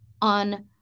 on